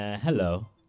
Hello